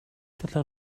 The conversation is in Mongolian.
долоо